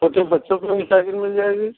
छोटे बच्चों की भी साइकिल मिल जाएगी